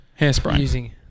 Hairspray